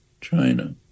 China